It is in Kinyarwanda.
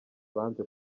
banze